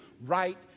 right